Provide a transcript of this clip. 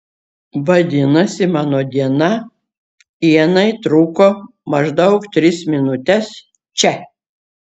vadinasi mano diena ienai truko maždaug tris minutes čia